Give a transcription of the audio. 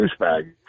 douchebag